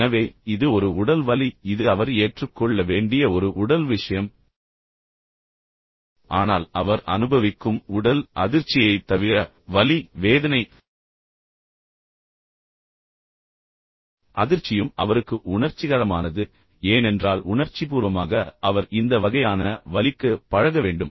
எனவே இது ஒரு உடல் வலி இது அவர் ஏற்றுக்கொள்ள வேண்டிய ஒரு உடல் விஷயம் ஆனால் அவர் அனுபவிக்கும் உடல் அதிர்ச்சியைத் தவிர வலி வேதனை அதிர்ச்சியும் அவருக்கு உணர்ச்சிகரமானது ஏனென்றால் உணர்ச்சிபூர்வமாக அவர் இந்த வகையான வலிக்கு பழக வேண்டும்